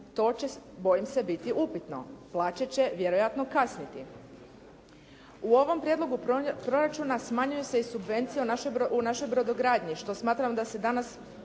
to će bojim se biti upitno. Plaće će vjerojatno kasniti. U ovom prijedlogu proračuna smanjuju se i subvencije u našoj brodogradnji, što smatram da se danas